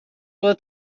will